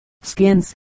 skins